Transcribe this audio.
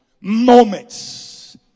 moments